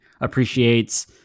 appreciates